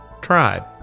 tribe